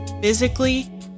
physically